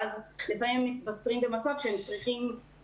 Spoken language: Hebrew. ואז לפעמים מתבשרים במצב שהם צריכים